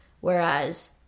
Whereas